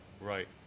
Right